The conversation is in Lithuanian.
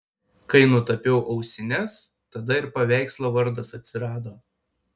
kai nutapiau ausines tada ir paveikslo vardas atsirado